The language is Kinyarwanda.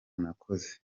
nakoze